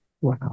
Wow